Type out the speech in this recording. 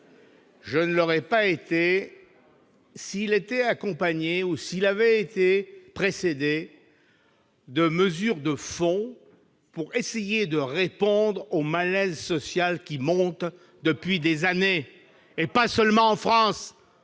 je ne l'aurais pas été s'il était accompagné ou s'il avait été précédé de mesures de fond pour essayer de répondre au malaise social qui monte depuis des années, non seulement en France,